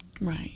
Right